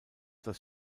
das